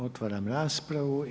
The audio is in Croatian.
Otvaram raspravu.